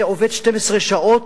שעובד 12 שעות